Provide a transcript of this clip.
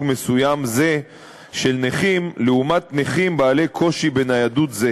מסוים זה של נכים לעומת נכים בעלי קושי זהה בניידות,